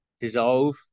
dissolve